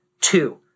Two